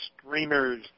streamers